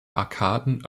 arkaden